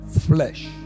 Flesh